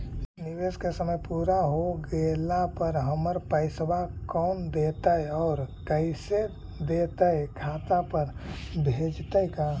निवेश के समय पुरा हो गेला पर हमर पैसबा कोन देतै और कैसे देतै खाता पर भेजतै का?